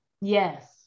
Yes